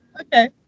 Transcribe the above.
okay